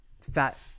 fat